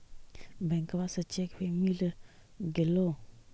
बैंकवा से चेक भी मिलगेलो?